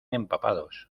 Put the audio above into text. empapados